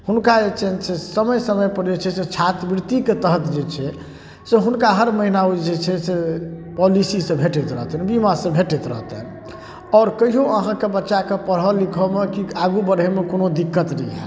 हुनका जे छनि से समय समयपर जे छै से छात्रवृत्तिके तहत जे छै से हुनका हर महिना ओ जे छै से पॉलिसीसँ भेटैत रहतनि बीमासँ भेटैत रहतनि आओर कहिओ अहाँके बच्चाके पढ़ऽ लिखऽमे कि आगू बढ़ैमे कोनो दिक्कत नहि हैत